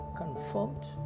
confirmed